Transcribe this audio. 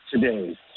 today